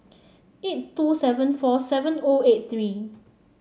eight two seven four seven O eight three